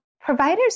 providers